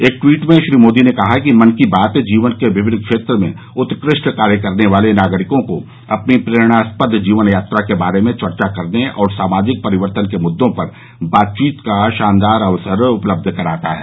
एक ट्वीट में श्री मोदी ने कहा कि मन की बात जीवन के विभिन्न क्षेत्र में उत्कृष्ठ कार्य करने वाले नागरिकों को अपनी प्रेरणास्पद जीवन यात्रा के बारे में चर्चा करने और सामाजिक परिवर्तन के मुद्दों पर बातचीत का शानदार अवसर उपलब्ध कराता है